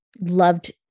loved